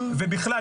ובכלל,